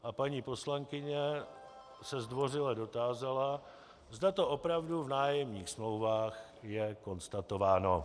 A paní poslankyně se zdvořile dotázala, zda to opravdu v nájemních smlouvách je konstatováno.